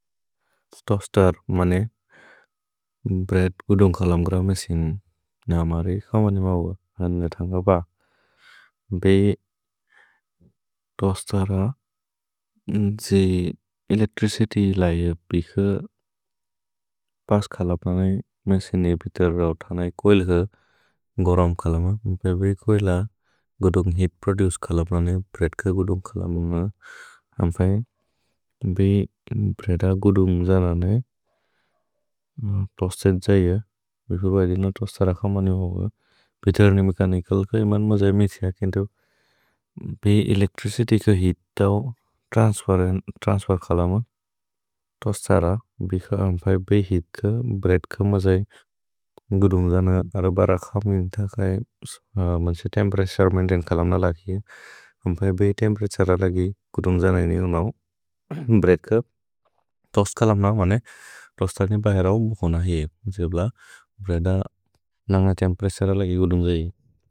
तोस्तर् मने ब्रेत् गुदुन्ग् खलम् ग्र मेसिन् न मारे कौमने मौअ, अद्ने थन्ग ब। भे तोस्तर् र जे एलेक्त्रिचित्य् लै पिह पस् खलपनने मेसिने पितेर् रओ थनै कोएल् ग्र गोरम् खलम। भेवेरि कोएल गुदुन्ग् हेअत् प्रोदुचे खलपनने ब्रेत् क गुदुन्ग् खलमन्। अम्फै बे ब्रेत गुदुन्ग् जनने तोस्तर् जये। पितेर् ने मेछनिचल् क इमन् मजए मेथिय केन्तु बे एलेक्त्रिचित्य् क हेअत् त्रन्स्फेर् खलमन् तोस्तर् र। अम्फै बे हेअत् क ब्रेत् क मजए गुदुन्ग् जनने। अम्फै बे तेम्पेरतुरे कुदुन्ग् जनने ब्रेत् क तोअस्त् खलमन्।